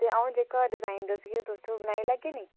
ते अ'ऊं जेह्का डिजाइन दसगी तुस ओह् बनाई लैगे के नेईं